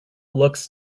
looks